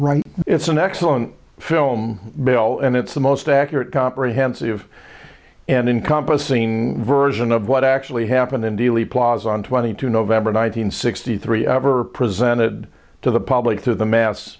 right it's an excellent film belle and it's the most accurate comprehensive and encompassing version of what actually happened in dealey plaza on twenty two november nine hundred sixty three ever presented to the public through the mass